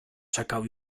czekał